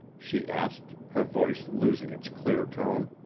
she asked, her voice losing its clear tone.